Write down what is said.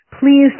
please